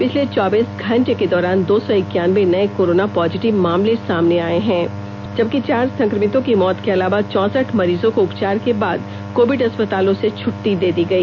पिछले चौबीस घंटे के दौरान दो सौ इक्यानबे नए कोरोना पॉजिटिव मामले सामने आए हैं जबकि चार संक्रमितों की मौत के अलावा चौसठ मरीजों को उपचार के बाद कोविड अस्पतालों से छट्टी दे दी गई